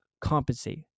compensate